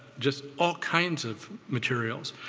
just all kinds of materials.